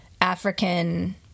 African